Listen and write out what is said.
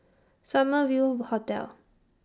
Summer View Hotel